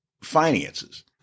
finances